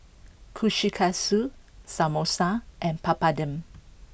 Kushikatsu Samosa and Papadum